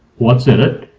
what's in it,